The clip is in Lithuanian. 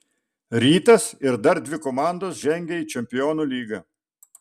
rytas ir dar dvi komandos žengia į čempionų lygą